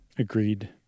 Agreed